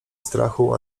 strachu